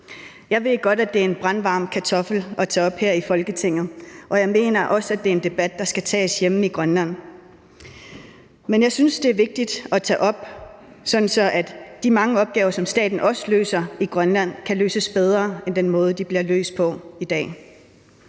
Jeg ved godt, det er en brandvarm kartoffel at tage op her i Folketinget, og jeg mener også, det er en debat, der skal tages hjemme i Grønland. Men jeg synes, det er vigtigt at tage op, sådan at de mange opgaver, som staten også løser i Grønland, kan løses bedre end ved den måde, de bliver løst på i dag.